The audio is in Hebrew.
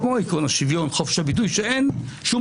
כמו עקרון השוויון וחופש הביטוי שאין שום